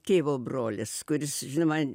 tėvo brolis kuris man